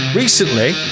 Recently